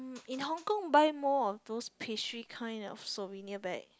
in Hong-Kong buy more of those pastry kind of souvenir bag